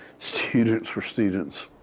students were students.